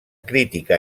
crítica